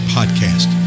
Podcast